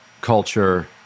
culture